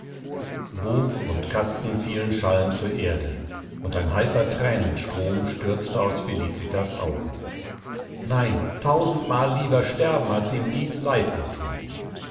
buch und kasten fielen schallend zur erde und ein heißer thränenstrom stürzte aus felicitas augen nein tausendmal lieber sterben als ihm dies leid anthun